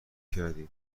کردیم